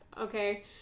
okay